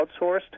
outsourced